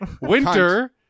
Winter